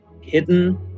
hidden